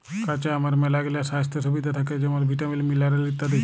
কাঁচা আমের ম্যালাগিলা স্বাইস্থ্য সুবিধা থ্যাকে যেমল ভিটামিল, মিলারেল ইত্যাদি